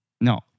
No